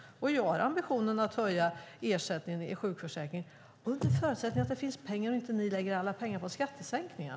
Jag har ambitionen att höja ersättningen i sjukförsäkringen - under förutsättning att det finns pengar och att ni inte lägger alla pengar på skattesänkningar.